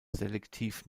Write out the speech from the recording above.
selektiv